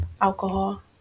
alcohol